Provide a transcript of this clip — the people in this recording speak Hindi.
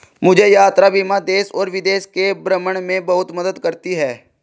मुझे यात्रा बीमा देश और विदेश के भ्रमण में बहुत मदद करती है